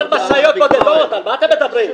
מה אתם אומרים?